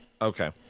okay